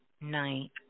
night